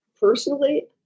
Personally